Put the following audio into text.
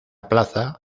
plaza